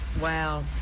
wow